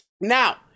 Now